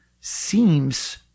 seems